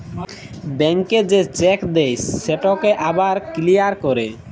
ব্যাংকে যে চ্যাক দেই সেটকে আবার কিলিয়ার ক্যরে